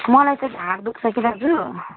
मलाई तो ढाड दुख्छ कि दाजु